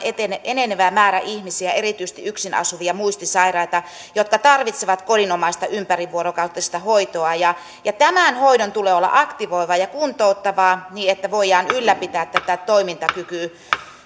enenevä määrä ihmisiä erityisesti yksin asuvia muistisairaita jotka tarvitsevat kodinomaista ympärivuorokautista hoitoa tämän hoidon tulee olla aktivoivaa ja kuntouttavaa niin että voidaan ylläpitää tätä toimintakykyä